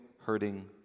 hurting